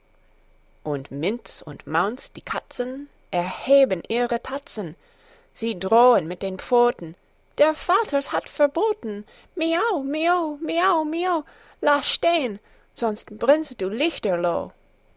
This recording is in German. und minz und maunz die katzen erheben ihre tatzen sie drohen mit den pfoten der vater hat's verboten miau mio miau mio laß stehn sonst brennst du lichterloh